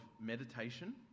meditation